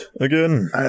again